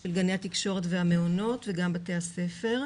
של גני התקשורת והמעונות וגם בתי הספר.